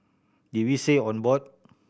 did we say on board